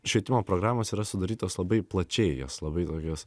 švietimo programos yra sudarytos labai plačiai jos labai tokios